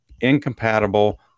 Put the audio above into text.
incompatible